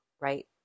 right